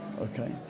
Okay